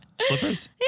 Slippers